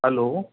hello